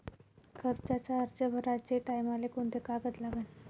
कर्जाचा अर्ज भराचे टायमाले कोंते कागद लागन?